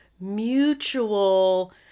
mutual